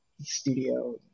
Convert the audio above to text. studio